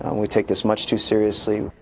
um we take this much too seriously.